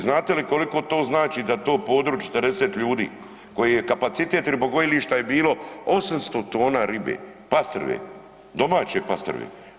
Znate li koliko to znači za to područje 40 ljudi koji je kapacitet ribogojilišta je bilo 800 tona ribe pastrve, domaće pastrve.